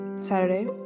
Saturday